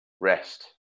rest